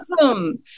Awesome